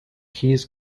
keys